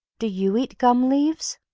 do you eat gum leaves?